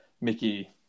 Mickey